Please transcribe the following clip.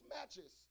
matches